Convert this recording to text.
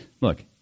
look